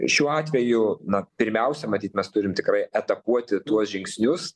šiuo atveju na pirmiausia matyt mes turim tikrai atakuoti tuos žingsnius